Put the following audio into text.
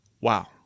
wow